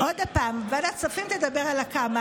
עוד פעם: בוועדת הכספים תדבר על כמה,